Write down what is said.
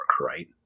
right